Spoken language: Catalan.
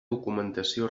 documentació